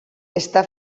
està